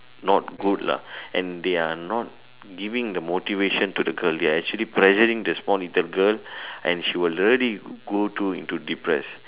not good lah and they're not giving the motivation to the girl they're actually pressuring the small little girl and she will really go to into depress